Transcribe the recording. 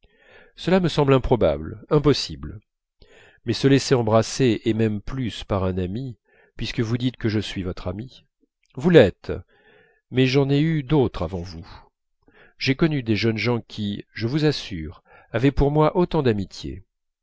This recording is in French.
cela me semble improbable impossible mais se laisser embrasser et même plus par un ami puisque vous dites que je suis votre ami vous l'êtes mais j'en ai eu d'autres avant vous j'ai connu des jeunes gens qui je vous assure avaient pour moi tout autant d'amitié